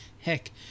heck